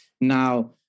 Now